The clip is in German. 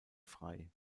frey